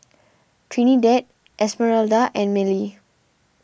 Trinidad Esmeralda and Mellie